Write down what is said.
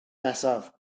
nesaf